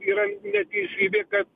yra neteisybė kad